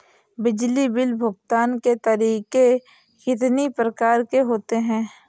बिजली बिल भुगतान के तरीके कितनी प्रकार के होते हैं?